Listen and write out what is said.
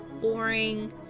boring